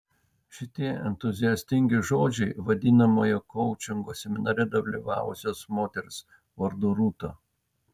šitie entuziastingi žodžiai vadinamojo koučingo seminare dalyvavusios moters vardu rūta